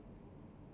why ah